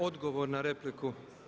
Odgovor na repliku.